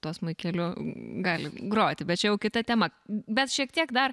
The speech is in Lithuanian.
tuo smuikeliu gali groti bet čia jau kita tema bet šiek tiek dar